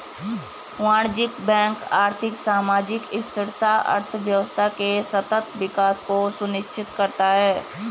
वाणिज्यिक बैंक आर्थिक, सामाजिक स्थिरता, अर्थव्यवस्था के सतत विकास को सुनिश्चित करता है